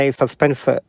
suspense